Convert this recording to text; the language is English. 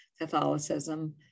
Catholicism